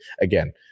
Again